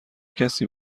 کسی